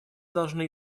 должны